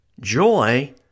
Joy